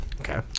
Okay